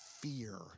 fear